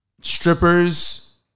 strippers